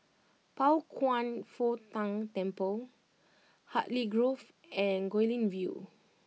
Pao Kwan Foh Tang Temple Hartley Grove and Guilin View